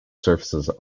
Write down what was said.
surfaces